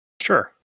Sure